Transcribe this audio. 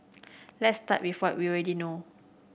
let's start with what we already know